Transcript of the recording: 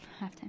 halftime